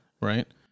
Right